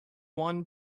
one